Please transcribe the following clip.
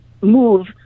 move